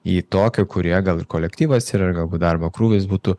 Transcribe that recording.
į tokią kurioje gal kolektyvas ir galbūt darbo krūvis būtų